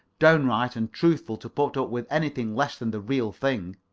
downright, and truthful to put up with anything less than the real thing.